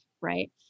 right